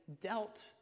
dealt